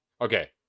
Okay